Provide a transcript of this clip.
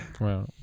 Wow